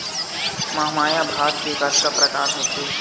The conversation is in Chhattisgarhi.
महमाया भात के कतका प्रकार होथे?